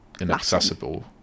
inaccessible